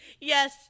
Yes